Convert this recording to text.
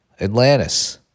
Atlantis